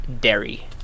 dairy